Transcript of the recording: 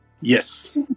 Yes